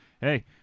hey